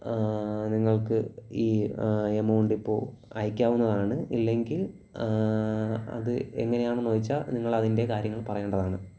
നിങ്ങൾക്ക് ഈ എമൗണ്ട് ഇപ്പോൾ അയക്കാവുന്നതാണ് ഇല്ലെങ്കിൽ അത് എങ്ങനെയാണെന്നു വെച്ചാൽ നിങ്ങളതിൻ്റെ കാര്യങ്ങൾ പറയേണ്ടതാണ്